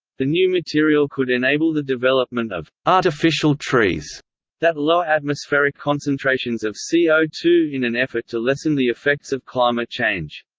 the new material could enable the development of artificial trees that lower atmospheric concentrations of c o two in an effort to lessen the effects of climate change.